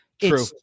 True